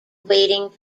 awaiting